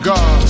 God